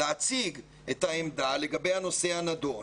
הוא להציג את העמדה לגבי הנושא הנדון.